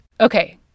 Okay